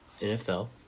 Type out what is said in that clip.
NFL